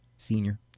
senior